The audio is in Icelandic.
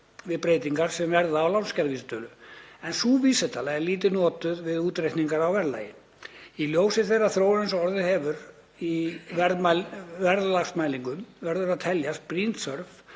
við breytingar sem verða á lánskjaravísitölu en sú vísitala er lítið notuð við útreikning á verðlagi. Í ljósi þeirrar þróunar sem orðið hefur í verðlagsmælingum verður að teljast brýn þörf